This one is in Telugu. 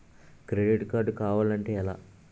క్రెడిట్ కార్డ్ కావాలి అంటే ఎలా?